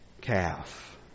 calf